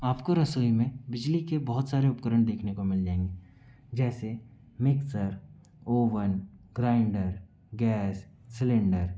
आपको रसोई में बिजली के बहुत सारे उपकरण देखने को मिल जाएंगे जैसे mixer oven grinder gas cylinder